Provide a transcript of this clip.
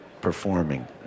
performing